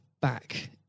back